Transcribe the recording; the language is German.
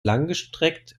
langgestreckt